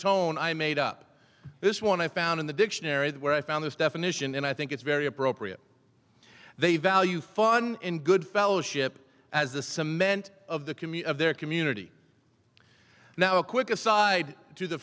tone i made up this one i found in the dictionary where i found this definition and i think it's very appropriate they value fun and good fellowship as the cement of the commute of their community now a quick aside to the